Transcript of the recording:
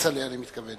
כצל'ה אני מתכוון.